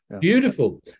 beautiful